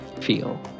feel